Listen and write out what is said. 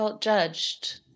judged